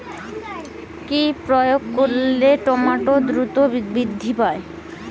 কি প্রয়োগ করলে টমেটো দ্রুত বৃদ্ধি পায়?